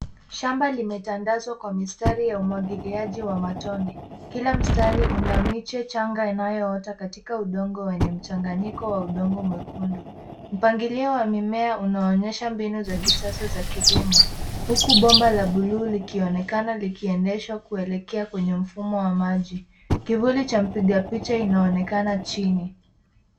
Shamba limetandazwa kwa mistari ya umwagiliaji wa matone. Kila mstari una miche changa inayoota katika udongo wenye mchanganyiko wa udongo mwekundu. Mpangilio wa mimea unaonyesha mbinu za kisasa za kilimo huku bomba la buluu likionekana likiendeshwa kuelekea kwenye mfumo wa maji. Kivuli cha mpiga picha inaonekana chini.